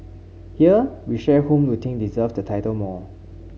here we share whom we think deserves the title more